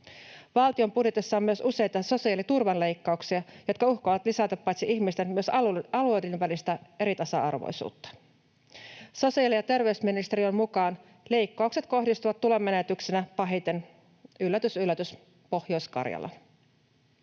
Valtion budjetissa on myös useita sosiaaliturvaleikkauksia, jotka uhkaavat lisätä paitsi ihmisten myös alueiden välistä eritasa-arvoisuutta. Sosiaali- ja terveysministeriön mukaan leikkaukset kohdistuvat tulonmenetyksinä pahiten, yllätys yllätys, Pohjois-Karjalaan.